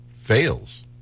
fails